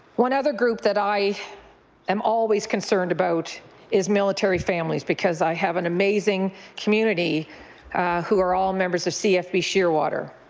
one other group that i am always concerned about is military families, because i have an amazing community who are all members of cfb shearwater,